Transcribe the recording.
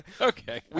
Okay